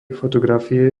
fotografie